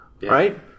Right